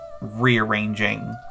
rearranging